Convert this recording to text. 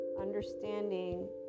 understanding